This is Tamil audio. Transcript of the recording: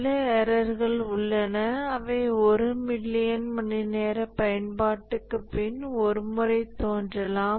சில எரர்கள் உள்ளன அவை ஒரு மில்லியன் மணிநேர பயன்பாட்டுக்கு பின் ஒரு முறை தோன்றலாம்